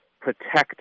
protect